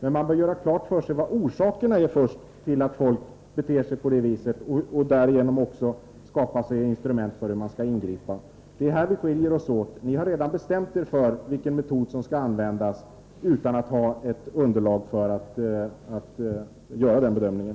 Men man bör göra klart för sig vilka orsakerna är till att folk beter sig på ett sådant här sätt och därigenom skapa instrument för ett ingripande. Det är här vi skiljer oss åt. Ni har redan bestämt er för vilken metod som skall användas, utan att ha ett underlag för att göra den bedömningen.